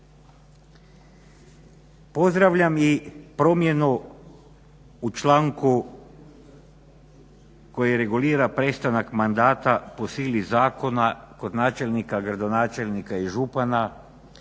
Pozdravljam i promjenu u članku koji regulira prestanak mandata po sili zakona kod načelnika, gradonačelnika i župana